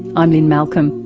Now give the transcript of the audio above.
i'm lynne malcolm.